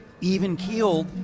even-keeled